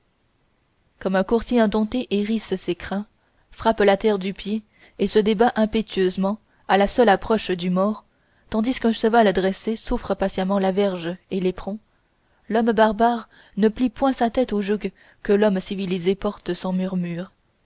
comme un coursier indompté hérisse ses crins frappe la terre du pied et se débat impétueusement à la seule approche du mors tandis qu'un cheval dressé souffre patiemment la verge et l'éperon l'homme barbare ne plie point sa tête au joug que l'homme civilisé porte sans murmure